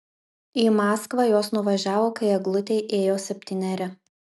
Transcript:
į maskvą jos nuvažiavo kai eglutei ėjo septyneri